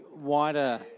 wider